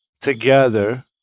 together